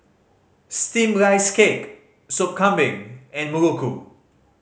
Steamed Rice Cake Soup Kambing and muruku